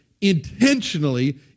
intentionally